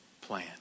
plan